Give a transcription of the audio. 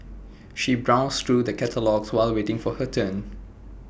she browsed through the catalogues while waiting for her turn